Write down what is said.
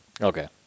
Okay